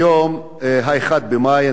היום ה-1 במאי.